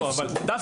או